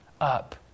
up